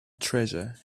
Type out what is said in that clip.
treasure